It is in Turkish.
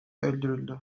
öldürüldü